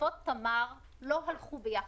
שותפות תמר לא הלכו ביחד.